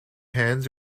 hands